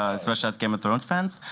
especially us game of thrones fans.